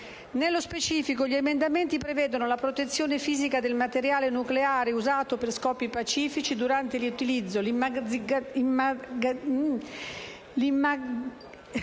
Nello specifico gli emendamenti prevedono la protezione fisica del materiale nucleare usato per scopi pacifici, durante l'utilizzo, l'immagazzinamento